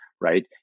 right